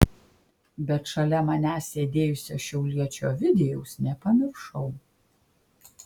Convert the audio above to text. bet šalia manęs sėdėjusio šiauliečio ovidijaus nepamiršau